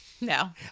No